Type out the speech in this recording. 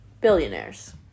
billionaires